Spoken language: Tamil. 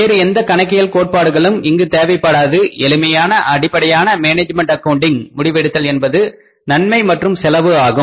வேறு எந்த கணக்கியல் கோட்பாடுகளும் இங்கு தேவைப்படாது எளிமையான அடிப்படையான மேனேஜ்மெண்ட் அக்கவுண்டிங் முடிவெடுத்தல் என்பது நன்மை மற்றும் செலவு ஆகும்